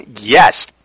Yes